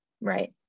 Right